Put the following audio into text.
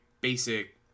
basic